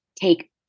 take